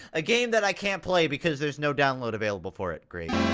a game that i can't play because there's no download available for it, great